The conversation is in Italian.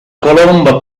colomba